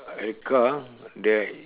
at car there